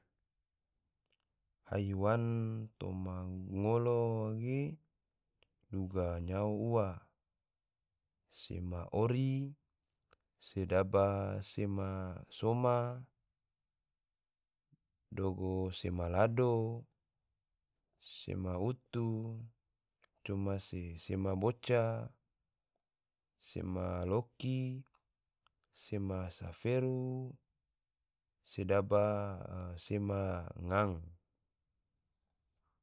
Haiwan toma ngolo ge, duga nyao ua, sema ori, sedaba sema soma, dogo sema lado, sema utu, coma se sema boca, sema loki, sema saferu, sedaba sema ngang